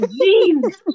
jeans